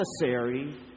necessary